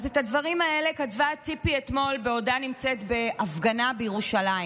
אז את הדברים האלה כתבה ציפי אתמול בעודה נמצאת בהפגנה בירושלים: